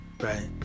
right